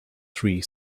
three